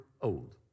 old